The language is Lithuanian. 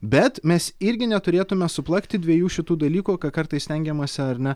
bet mes irgi neturėtume suplakti dviejų šitų dalykų ką kartais stengiamasi ar ne